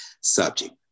subject